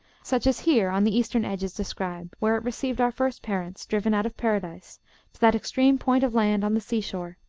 such as here on the eastern edge is described, where it received our first parents, driven out of paradise to that extreme point of land on the sea-shore.